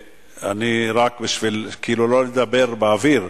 כדי לא לדבר באוויר,